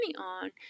on